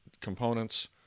components